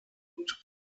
und